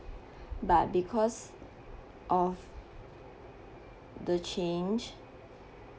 but because of the change